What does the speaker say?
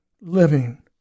living